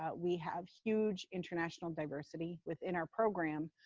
but we have huge international diversity within our program.